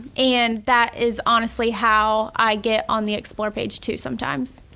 and that is honestly how i get on the explore page too sometimes.